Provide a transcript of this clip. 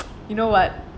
you know what